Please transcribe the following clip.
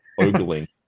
ogling